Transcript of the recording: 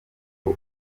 ubu